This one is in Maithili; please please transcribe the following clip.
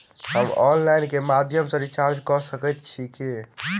हम ऑनलाइन केँ माध्यम सँ रिचार्ज कऽ सकैत छी की?